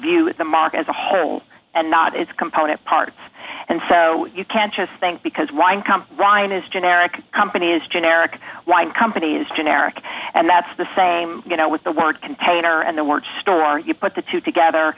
view the mark as a whole and not its component parts and so you can't just think because wine come ryan is generic companies generic wine companies generic and that's the same you know with the word container and the word store you put the two together